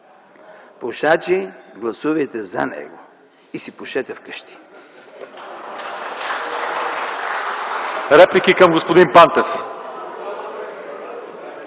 Пушачи, гласувайте за него и си пушете вкъщи!